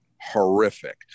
horrific